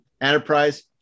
Enterprise